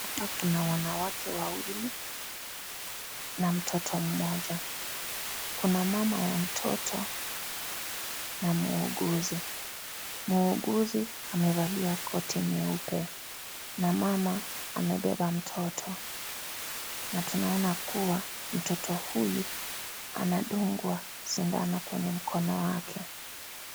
Hapa kuna wanawakwe wawili na mtoto mmoja ,kuna mama ya mtoto na muuguzi ,muuguzi amevalia koti nyeupe na mama amebeba mtoto na tunaona kuwa mtoto huyu anadungwa sindano kwenye mkono wake .